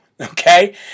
okay